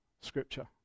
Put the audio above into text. scripture